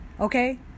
Okay